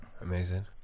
amazing